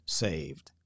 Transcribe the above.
saved